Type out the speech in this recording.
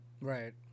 Right